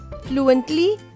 fluently